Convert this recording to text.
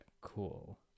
cool